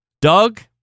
Doug